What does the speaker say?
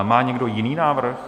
Má někdo jiný návrh?